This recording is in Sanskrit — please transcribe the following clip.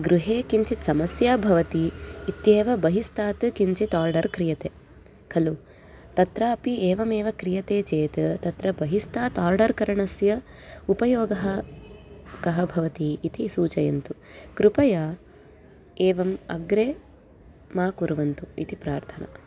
गृहे किञ्चित् समस्या भवति इत्येव बहिस्तात् किञ्चित् आर्डर् क्रियते खलु तत्रापि एवमेव क्रियते चेत् तत्र बहिस्तात् आर्डर् करणस्य उपयोगः कः भवति इति सूचयन्तु कृपया एवम् अग्रे मा कुर्वन्तु इति प्रार्थना